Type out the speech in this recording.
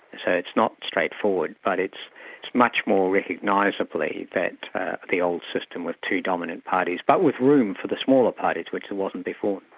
so it's not straightforward but it's much more recognisably that the old system with two dominant parties, but with room for the smaller parties, which there wasn't before.